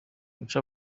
guca